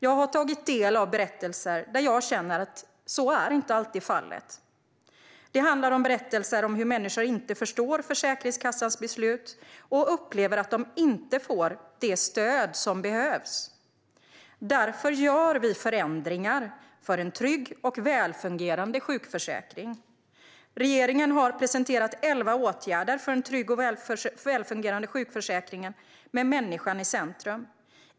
Jag har tagit del av berättelser där jag känner att så inte alltid är fallet. Det är berättelser om att människor inte förstår Försäkringskassans beslut, och att de upplever att de inte får det stöd som behövs. Därför gör vi förändringar för en trygg och välfungerande sjukförsäkring. Regeringen har presenterat elva åtgärder för en trygg och välfungerande sjukförsäkring med människan i centrum.